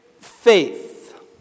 faith